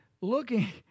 looking